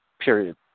Period